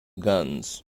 guns